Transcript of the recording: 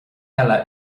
eile